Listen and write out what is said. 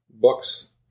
books